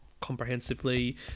comprehensively